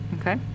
Okay